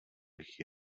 bych